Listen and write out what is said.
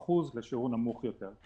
ה-50% לשיעור נמוך יותר.